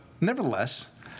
nevertheless